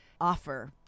offer